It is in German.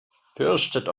fürchtet